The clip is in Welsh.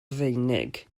rufeinig